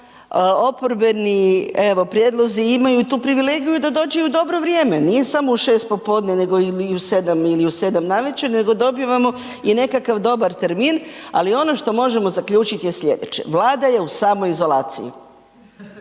oporbeni evo prijedlozi imaju tu privilegiju da dođu u dobro vrijeme nije samo u 6 popodne nego ili u 7 navečer ili u 7 navečer, nego dobivamo i nekakav dobar termin, ali ono što možemo zaključiti je slijedeće. Vlada je u samoj izolaciji,